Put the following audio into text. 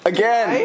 Again